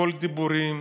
הכול דיבורים.